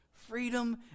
Freedom